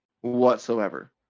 whatsoever